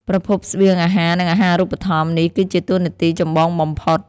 ប្រភពស្បៀងអាហារ និងអាហារូបត្ថម្ភ នេះគឺជាតួនាទីចម្បងបំផុត។